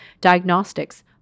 diagnostics